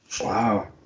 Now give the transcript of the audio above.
Wow